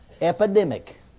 epidemic